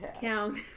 count